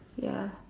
ya